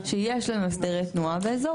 שיש לנו הסדרי תנועה באזור,